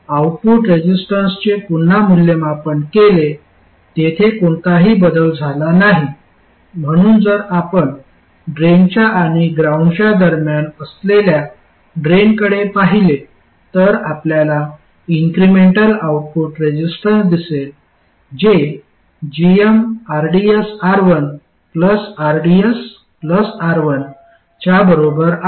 output रेझिस्टन्सचे पुन्हा मूल्यमापन केले तेथे कोणताही बदल झाला नाही म्हणून जर आपण ड्रेनच्या आणि ग्राउंडच्या दरम्यान असलेल्या ड्रेनकडे पाहिले तर आपल्याला इन्क्रिमेंटल आउटपुट रेझिस्टन्स दिसेल जे gmrdsR1rdsR1 च्या बरोबर आहे